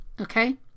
okay